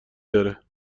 داره